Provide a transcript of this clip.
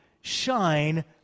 shine